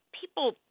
people